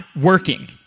working